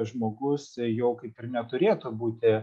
žmogus jau kaip ir neturėtų būti